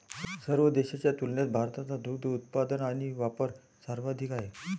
सर्व देशांच्या तुलनेत भारताचा दुग्ध उत्पादन आणि वापर सर्वाधिक आहे